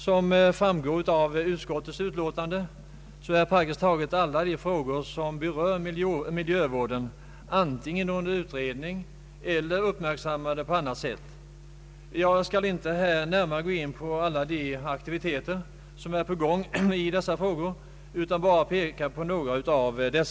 Som framgår av utskottets utlåtande är praktiskt taget alla frågor som berör miljövården antingen under utredning eller uppmärksammade på annat sätt. Jag skall inte här närmare gå in på alla de aktiviteter som är på gång i dessa frågor utan bara peka på några av dem.